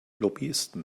lobbyisten